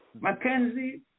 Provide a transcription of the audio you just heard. Mackenzie